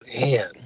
Man